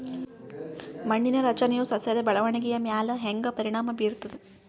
ಮಣ್ಣಿನ ರಚನೆಯು ಸಸ್ಯದ ಬೆಳವಣಿಗೆಯ ಮ್ಯಾಲ ಹ್ಯಾಂಗ ಪರಿಣಾಮ ಬೀರ್ತದ?